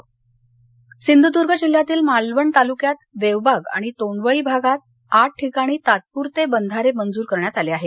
निधी सिंधदर्य सिधूद्र्य जिल्ह्यातील मालवण तालुक्यात देवबाग आणि तोंडवळी भागात आठ ठिकाणी तात्पुरते बंधारे मंजूर करण्यात आले आहेत